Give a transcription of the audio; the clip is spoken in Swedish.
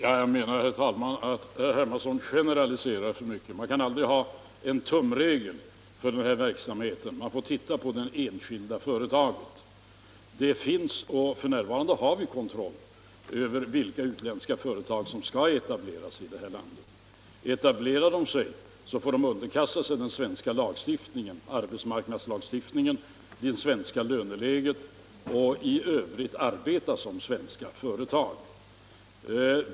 Herr talman! Jag anser att herr Hermansson generaliserar för mycket. Man kan aldrig ha en tumregel för denna verksamhet, utan man får se på det enskilda företaget. Och f. n. har vi kontroll över vilka utländska företag som planerar att etablera sig här i landet. Etablerar de sig här får de underkasta sig den svenska arbetsmarknadslagstiftningen och det svenska löneläget och i övrigt arbeta som svenska företag.